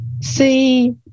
see